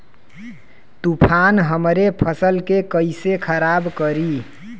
तूफान हमरे फसल के कइसे खराब करी?